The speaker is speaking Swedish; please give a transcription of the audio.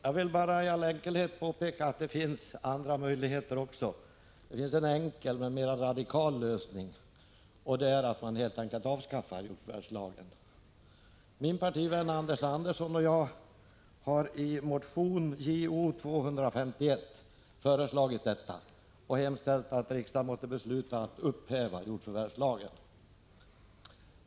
Jag vill bara i all enkelhet påpeka att det också finns andra möjligheter. Det finns en enkel men mera radikal lösning, och det är att man helt enkelt avskaffar jordförvärvslagen. Min partivän Anders Andersson och jag har i motion Jo251 hemställt att riksdagen måtte besluta upphäva jordförvärvslagen.